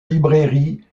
librairie